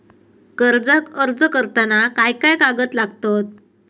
कर्जाक अर्ज करताना काय काय कागद लागतत?